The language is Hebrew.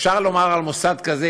אפשר לומר על מוסד כזה,